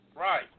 Right